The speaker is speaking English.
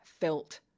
felt